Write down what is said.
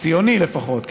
ציוני לפחות,